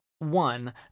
One